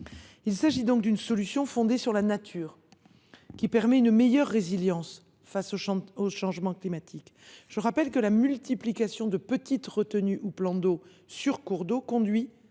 Il s’agit donc d’une solution fondée sur la nature, qui permet une meilleure résilience face au changement climatique. Je rappelle que l’installation de petites retenues ou de plans d’eau nombreux sur les cours d’eau conduit